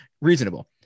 reasonable